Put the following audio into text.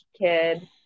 kid